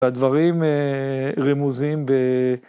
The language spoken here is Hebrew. הדברים רמוזים ב...